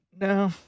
no